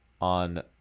on